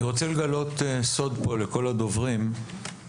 אני רוצה לגלות פה סוד לכל הדוברים,